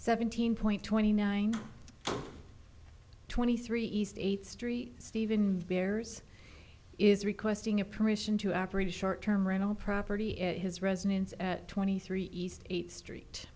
seventeen point twenty nine twenty three east eighth street stephen bearers is requesting a permission to operate a short term rental property at his residence at twenty three east eighth street